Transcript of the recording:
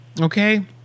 okay